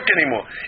anymore